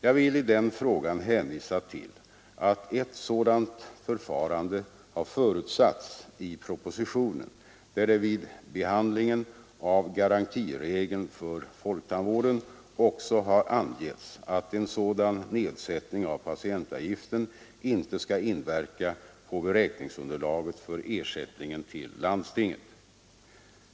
Jag vill i den frågan hänvisa till att ett sådant förfarande har förutsatts i propositionen, där det vid behandlingen av garantiregeln för folktandvården också har angetts att en sådan nedsättning av patientavgiften inte skall inverka på beräkningsunderlaget för ersättningen till landstingen.